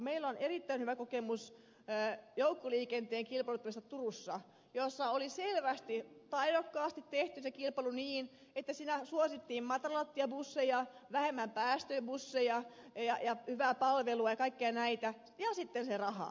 meillä on erittäin hyvä kokemus joukkoliikenteen kilpailuttamisesta turussa jossa oli selvästi taidokkaasti tehty se kilpailu niin että siinä suosittiin matalalattiabusseja vähemmän päästöbusseja ja hyvää palvelua ja kaikkia näitä ja sitten sitä rahaa